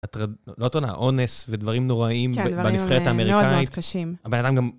הטרדה, לא הטרדה, אונס ודברים נוראיים בנבחרת האמריקאית? כן, דברים מאוד מאוד קשים. הבנאדם גם